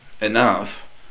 enough